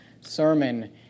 sermon